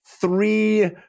three –